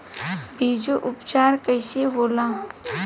बीजो उपचार कईसे होला?